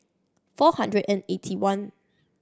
four hundred and eighty one